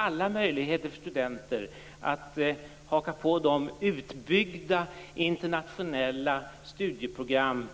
Alla möjligheter finns för studenter att haka på de utbyggda internationella studieprogram